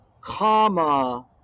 comma